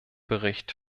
bericht